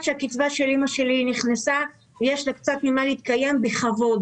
שהקצבה של אימא שלי נכנסה ויש לה קצת ממה להתקיים בכבוד,